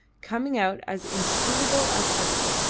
coming out as inscrutable as ever,